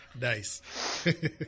Nice